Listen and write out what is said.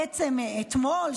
ובעצם אתמול,